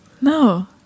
No